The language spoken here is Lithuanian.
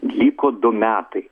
liko du metai